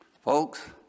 Folks